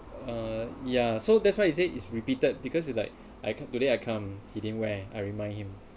uh ya so that's why it say it's repeated because it's like I can't today I come he didn't wear I remind him